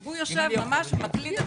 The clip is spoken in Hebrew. הוא יושב, ממש מקליד את